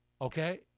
okay